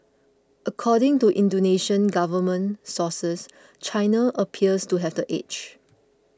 according to Indonesian government sources China appears to have the edge